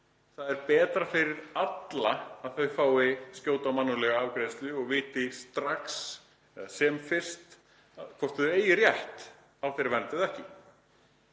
það sé betra fyrir alla að þau fái skjóta og mannúðlega afgreiðslu og viti strax, sem fyrst, hvort þau eigi rétt á þeirri vernd eða ekki.